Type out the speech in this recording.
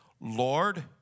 Lord